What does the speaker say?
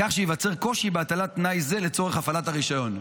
כך שייווצר קושי בהטלת תנאי זה לצורך הפעלת הרישיון.